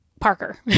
Parker